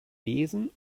besen